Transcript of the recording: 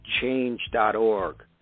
Change.org